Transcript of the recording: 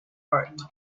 art